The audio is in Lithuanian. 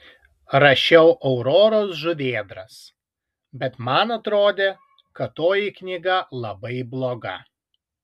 rašiau auroros žuvėdras bet man atrodė kad toji knyga labai bloga